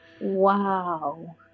Wow